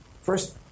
first